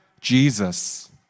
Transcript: Jesus